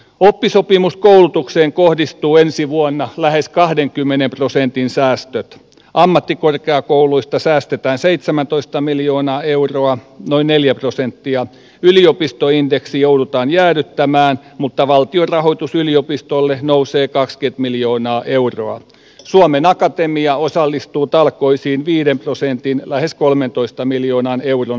oppisopimuskoulutukseen kohdistuu ensi vuonna lähes kahdenkymmenen prosentin säästö ammattikorkeakouluista säästetään seitsemäntoista miljoonaa euroa noin neljä prosenttia yliopistoindeksi joudutaan jäädyttämään mutta valtion rahoitus yliopistolle nousee kakskyt miljoonaa euroa suomen akatemia osallistuu talkoisiin viiden prosentin lähes kolmetoista miljoonaan euron